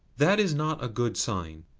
that is not a good sign.